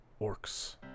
orcs